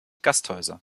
gasthäuser